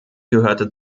gehörte